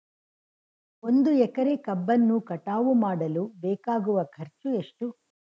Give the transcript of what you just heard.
ಒಂದು ಎಕರೆ ಕಬ್ಬನ್ನು ಕಟಾವು ಮಾಡಲು ಬೇಕಾಗುವ ಖರ್ಚು ಎಷ್ಟು?